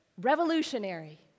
Revolutionary